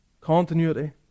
Continuity